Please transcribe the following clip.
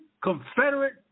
Confederate